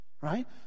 Right